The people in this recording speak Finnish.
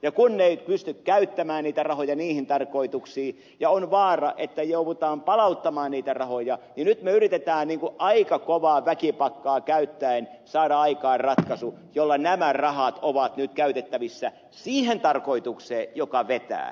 ja kun ne eivät pysty käyttämään niitä rahoja niihin tarkoituksiin ja on vaara että joudumme palauttamaan niitä rahoja niin nyt me yritämme aika kovaa väkipakkoa käyttäen saada aikaan ratkaisun jolla nämä rahat ovat nyt käytettävissä siihen tarkoitukseen joka vetää